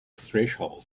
threshold